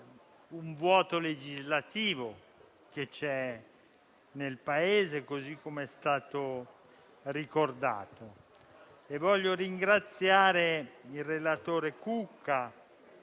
un vuoto legislativo che c'è nel Paese, così come è stato ricordato. Vorrei ringraziare il relatore Cucca,